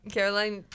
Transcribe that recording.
Caroline